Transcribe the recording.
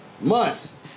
Months